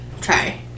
try